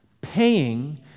Paying